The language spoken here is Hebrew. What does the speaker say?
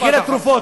מחיר התרופות,